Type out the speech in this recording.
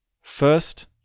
first